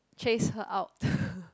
chase her out